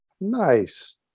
Nice